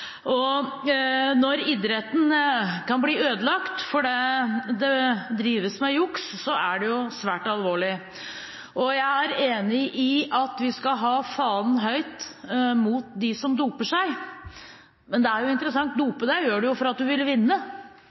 idrett. Når idretten kan bli ødelagt fordi det jukses, er det svært alvorlig. Jeg er enig i at vi skal holde fanen høyt hevet når det gjelder dem som doper seg. Dette er interessant: Å dope seg gjør en for at en skal vinne – det er det som er idrettens vesen – men å fikse kamper gjør